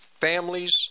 families